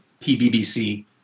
PBBC